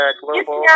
global